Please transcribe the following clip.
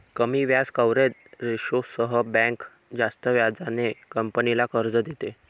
कमी व्याज कव्हरेज रेशोसह बँक जास्त व्याजाने कंपनीला कर्ज देते